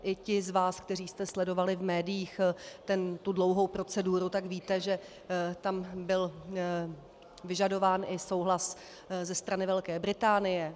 I ti z vás, kteří jste sledovali v médiích dlouhou proceduru, tak víte, že tam byl vyžadován i souhlas ze strany Velké Británie.